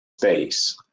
space